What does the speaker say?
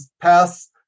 pass